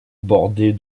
bordée